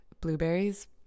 blueberries